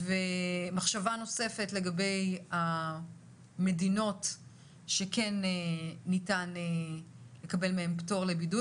ומחשבה נוספת לגבי המדינות שניתן לקבל מהן פטור לבידוד.